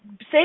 say